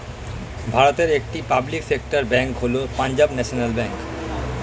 ভারতের একটি public sector bank হল পাঞ্জাব ন্যাশনাল ব্যাঙ্ক